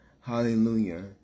Hallelujah